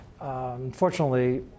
Unfortunately